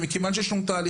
או כי יש לנו תהליכים,